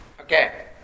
Okay